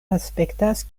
aspektas